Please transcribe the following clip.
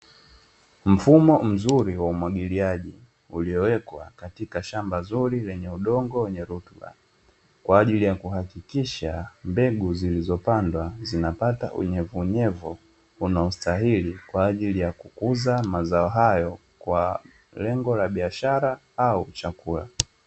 Mfumo mzuri wa umwagiliaji, uliowekwa katika shamba zuri lenye udongo wenye rutuba kwa ajili ya kuhakikisha mbegu zilizopandwa zinapata unyevuunyevu unaostahili, kwa ajili ya kukuza mazao hayo kwa lengo la biashara au chakula.